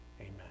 amen